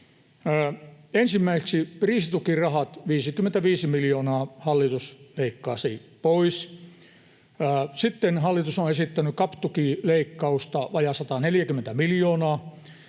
Ensimmäiseksi kriisitukirahat, 55 miljoonaa, hallitus leikkaisi pois. Sitten hallitus on esittänyt CAP-tukileikkausta, vajaa 140 miljoonaa,